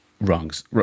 Wrongs